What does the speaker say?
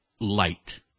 light